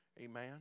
Amen